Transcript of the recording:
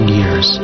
years